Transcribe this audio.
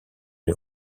une